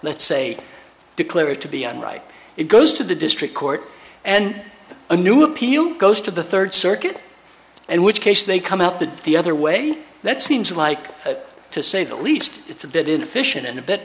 let's say declare it to be and right it goes to the district court and a new appeal goes to the third circuit and which case they come out the the other way that seems like to say the least it's a bit inefficient and